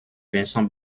vincent